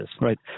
Right